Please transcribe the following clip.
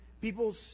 People